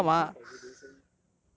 but like if you become a radiation